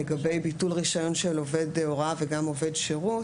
לגבי ביטול רישיון של עובד הוראה וגם עובד שירות,